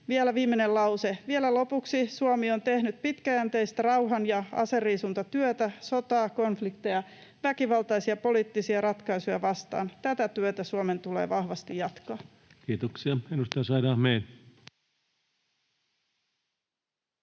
Vielä viimeinen lause. Vielä lopuksi: Suomi on tehnyt pitkäjänteistä rauhan- ja aseriisuntatyötä sotaa, konflikteja, väkivaltaisia poliittisia ratkaisuja vastaan. Tätä työtä Suomen tulee vahvasti jatkaa. Kiitoksia. — Edustaja Said Ahmed.